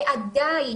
ועדיין,